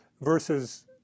versus